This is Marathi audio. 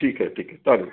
ठीक आहे ठीक आहे चालेल